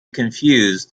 confused